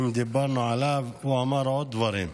אם דיברנו עליו, הוא אמר עוד דברים.